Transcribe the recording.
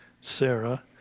Sarah